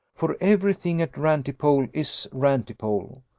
for every thing at rantipole is rantipole.